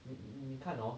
你你看 hor